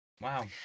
Wow